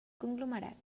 conglomerat